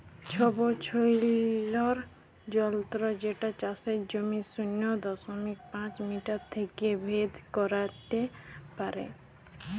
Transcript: ছবছৈলর যলত্র যেট চাষের জমির শূন্য দশমিক পাঁচ মিটার থ্যাইকে ভেদ ক্যইরতে পারে